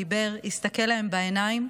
הוא דיבר, הסתכל להם בעיניים,